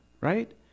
right